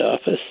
office